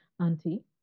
auntie